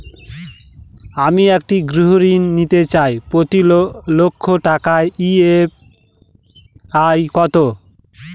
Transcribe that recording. আমি একটি গৃহঋণ নিতে চাই প্রতি লক্ষ টাকার ই.এম.আই কত?